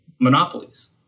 monopolies